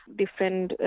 different